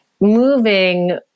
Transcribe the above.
moving